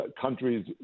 countries